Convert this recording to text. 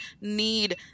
need